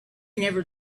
never